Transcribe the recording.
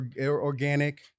organic